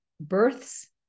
births